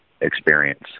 experience